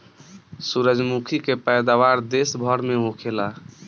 सूरजमुखी के पैदावार देश भर में होखेला